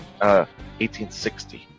1860